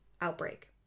outbreak